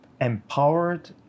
empowered